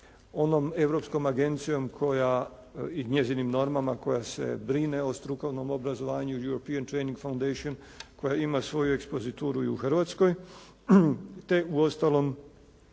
onom europskom agencijom i njezinim normama koja se brine o strukovnom obrazovanju "European Training Foundation" koja ima svoju ekspozituru i u Hrvatskoj, te uostalom